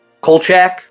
Kolchak